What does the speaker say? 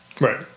Right